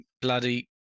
Bloody